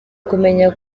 kumenya